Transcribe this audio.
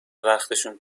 وقتشون